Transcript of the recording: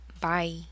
Bye